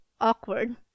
awkward